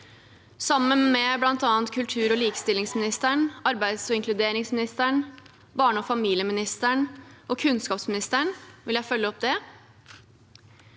Sammen med bl.a. kultur- og likestillingsministeren, arbeids- og inkluderingsministeren, barne- og familieministeren og kunnskapsministeren vil jeg følge opp det.